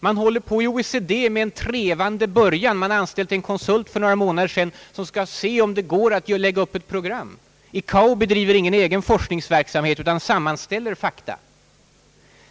Man har i OECD gjort en trevande början och för några månader sedan anställt en konsult som skall undersöka, om det går att lägga upp ett program. ICAO bedriver ingen egen forskningsverksamhet på området utan sammanställer fakta.